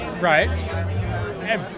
Right